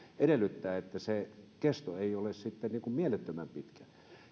edellyttäen että se kesto ei ole sitten mielettömän pitkä